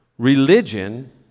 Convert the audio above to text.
Religion